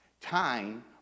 Time